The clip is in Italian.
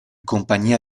compagnia